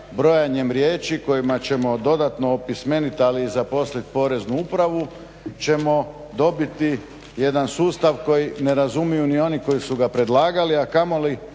brojanjem riječi kojima ćemo dodatno opismeniti ali i zaposliti Poreznu upravu ćemo dobiti jedan sustav koji ne razumiju ni oni koji su ga predlagali, a kamoli